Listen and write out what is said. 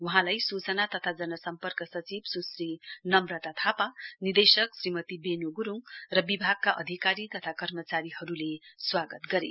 वहाँलाई सूचना तथा जनसम्पर्क सचिव स्श्री नम्रता थापा निदेशक श्रीमती बेण् ग्रुङ र विभागका अधिकारी तथा कर्माचारीहरूले स्वागत गरे